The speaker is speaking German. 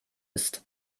ist